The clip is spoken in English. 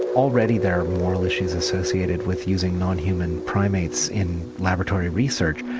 already there moral issues associated with using non-human primates in laboratory research.